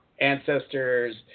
ancestors